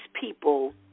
people